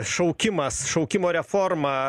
šaukimas šaukimo reforma